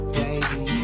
baby